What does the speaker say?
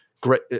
great